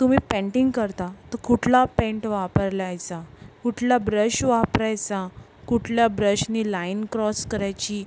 तुम्ही पेंटिंग करता तर कुठला पेंट वापरलायचा कुठला ब्रश वापरायचा कुठला ब्रशने लाईन क्रॉस करायची